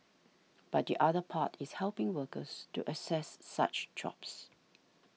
but the other part is helping workers to access such jobs